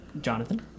Jonathan